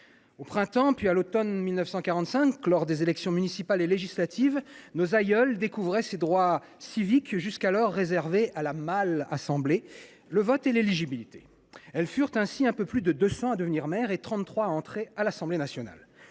Au printemps puis à l’automne 1945, lors des élections municipales et législatives, nos aïeules découvraient ces droits civiques jusqu’alors réservés à la mâle assemblée : le vote et l’éligibilité. Elles furent ainsi un peu plus de deux cents à devenir maires, et trente trois à entrer à l’Assemblée nationale